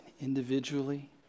individually